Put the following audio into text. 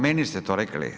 Meni ste to rekli?